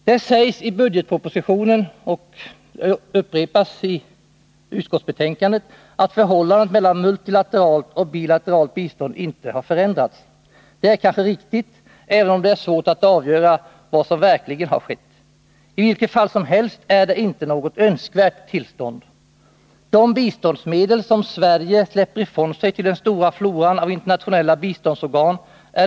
Det sägs i budgetpropositionen, och det upprepas i utskottsbetänkandet, att förhållandet mellan multilateralt och bilateralt bistånd inte har förändrats. Det är kanske riktigt, även om det är svårt att avgöra vad som verkligen har skett. I vilket fall som helst är det inte något önskvärt tillstånd. Det är svårt att ha någon kontroll över de biståndsmedel som Sverige släpper ifrån sig till den stora floran av internationella biståndsorgan.